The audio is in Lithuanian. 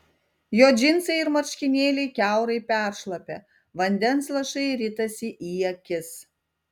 jo džinsai ir marškinėliai kiaurai peršlapę vandens lašai ritasi į akis